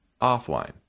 offline